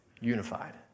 unified